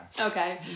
Okay